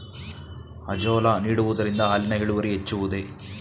Azolla ನೀಡುವುದರಿಂದ ಹಾಲಿನ ಇಳುವರಿ ಹೆಚ್ಚುವುದೇ?